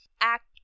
act